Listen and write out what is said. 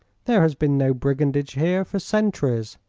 there has been no brigandage here for centuries.